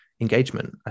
engagement